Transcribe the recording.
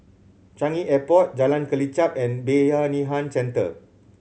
Changi Airport Jalan Kelichap and Bayanihan Centre